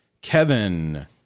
Kevin